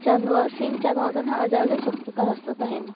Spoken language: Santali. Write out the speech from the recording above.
ᱪᱟᱸᱫᱳᱣᱟᱜ ᱥᱤᱧ ᱪᱟᱸᱫᱳᱣᱟᱜ ᱫᱚ ᱱᱟᱦᱟᱜ ᱟᱭᱟᱜ ᱜᱮ ᱥᱚᱠᱛᱚ ᱛᱟᱨᱟᱥ ᱫᱚ ᱛᱟᱦᱮᱱᱟ